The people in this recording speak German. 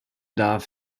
darf